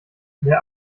der